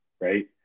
right